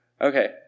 Okay